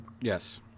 Yes